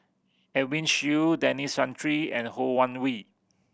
Edwin Siew Denis Santry and Ho Wan Hui